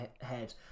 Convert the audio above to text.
head